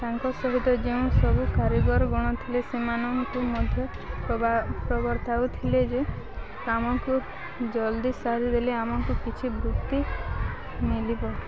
ତାଙ୍କ ସହିତ ଯେଉଁ ସବୁ କାରିଗରଗଣ ଥିଲେ ସେମାନଙ୍କୁ ମଧ୍ୟ ପ୍ରବର୍ତ୍ତାଉ ଥିଲେ ଯେ ଆମକୁ ଜଲ୍ଦି ସାରିଦେଲେ ଆମକୁ କିଛି ବୃତ୍ତି ମିଳିବ